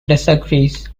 disagrees